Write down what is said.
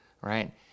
right